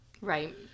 Right